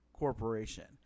corporation